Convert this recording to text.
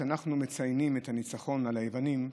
כשאנחנו מציינים את הניצחון על היוונים,